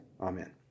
amen